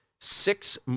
six